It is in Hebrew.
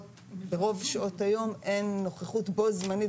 ברוב שעות היום אין נוכחות בו-זמנית.